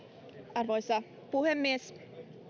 arvoisa puhemies